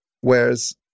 Whereas